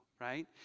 right